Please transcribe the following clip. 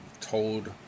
told